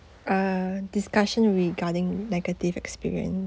uh discussion regarding negative experience